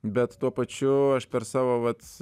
bet tuo pačiu aš per savo vat